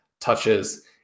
touches